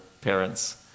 parents